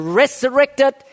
resurrected